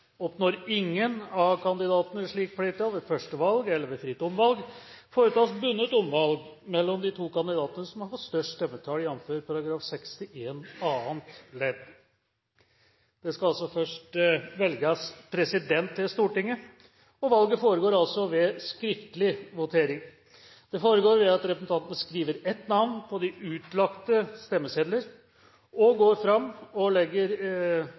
Oppnår ingen av kandidatene slikt flertall ved første valg eller ved fritt omvalg, foretas bundet omvalg mellom de to kandidatene som har fått størst stemmetall, jf. § 61 annet ledd.» Det skal først velges president i Stortinget. Valget foregår altså ved skriftlig votering. Det foregår ved at representantene skriver ett navn på de utlagte stemmesedler og går fram og legger